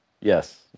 Yes